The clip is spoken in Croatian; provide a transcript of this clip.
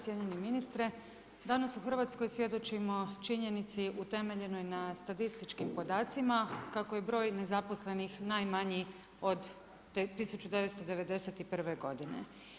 Cijenjeni ministre, danas u Hrvatskoj svjedočimo činjenici utemeljenoj na statističkim podacima kako je broj nezaposlenih najmanji od 1991. godine.